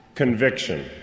conviction